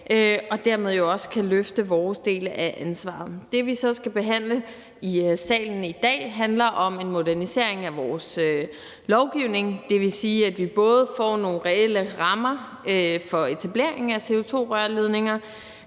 jo dermed også løfte vores del af ansvaret. Det, vi så skal behandle i salen i dag, handler om en modernisering af vores lovgivning. Det vil sige, at vi både får nogle reelle rammer for etablering af CO2-rørledninger,